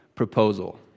proposal